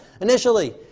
initially